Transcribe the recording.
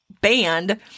band